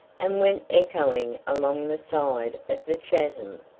and went echoing along the side of the chasm.